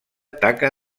taca